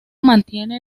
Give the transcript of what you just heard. mantiene